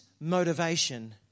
motivation